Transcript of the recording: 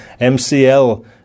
MCL